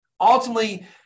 Ultimately